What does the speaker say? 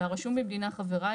והרשום במדינה חברה,